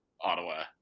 Ottawa